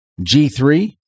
G3